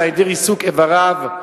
בין על-ידי ריסוק איבריו,